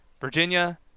Virginia